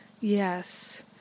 Yes